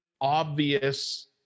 obvious